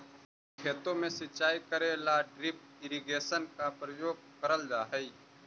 खेतों में सिंचाई करे ला ड्रिप इरिगेशन का प्रयोग करल जा हई